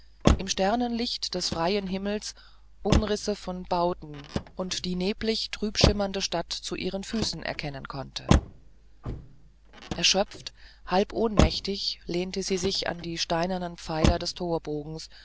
im sternenlicht des freien himmels umrisse von bauten und die neblig trübschimmernde stadt zu ihren füßen erkennen konnte erschöpft halb ohnmächtig lehnte sie sich an die steinernen pfeiler des torbogens